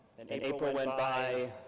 and april went by,